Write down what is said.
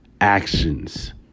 actions